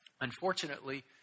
Unfortunately